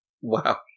Wow